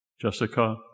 Jessica